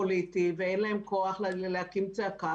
פוליטי, שאין להם ולהורים שלהם כוח להקים צעקה.